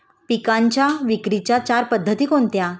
पिकांच्या विक्रीच्या चार पद्धती कोणत्या?